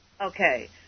Okay